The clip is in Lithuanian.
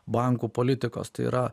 bankų politikos tai yra